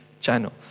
channel